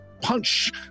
punch